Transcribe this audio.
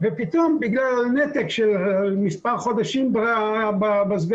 ופתאום בגלל נתק של מספר חודשים בסגנות